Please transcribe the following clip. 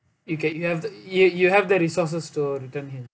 you can you have you you have the resources to return him